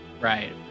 Right